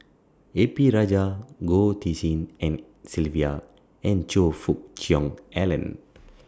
A P Rajah Goh Tshin En Sylvia and Choe Fook Cheong Alan